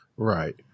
Right